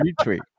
retweet